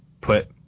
put